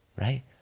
right